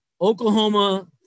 Oklahoma